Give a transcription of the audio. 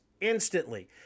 instantly